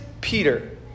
Peter